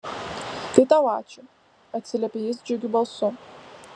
tai tau ačiū atsiliepia jis džiugiu balsu